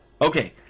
Okay